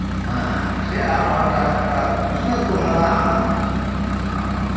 ᱦᱮᱸᱜ ᱥᱮ ᱟᱨᱦᱚᱸ ᱮᱴᱟᱜᱼᱮᱴᱟᱜ ᱠᱩᱥᱤ ᱦᱚᱸᱛᱚ ᱢᱮᱱᱟᱜᱼᱟ